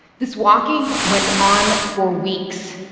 this walking went on for weeks.